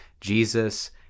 Jesus